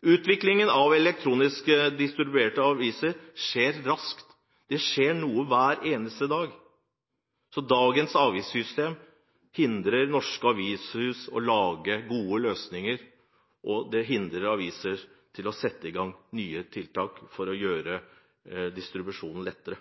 Utviklingen av elektronisk distribuerte aviser skjer raskt – det skjer noe hver eneste dag. Dagens avgiftssystem hindrer norske avishus i å lage gode løsninger og i å sette i gang nye tiltak for å gjøre distribusjonen lettere.